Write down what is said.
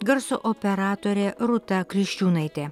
garso operatorė rūta kriščiūnaitė